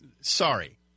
sorry